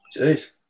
Jeez